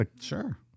Sure